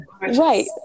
right